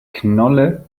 knolle